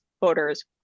voters